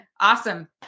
Awesome